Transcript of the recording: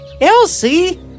Elsie